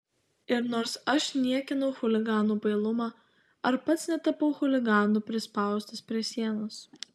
ir nors aš niekinau chuliganų bailumą ar pats netapau chuliganu prispaustas prie sienos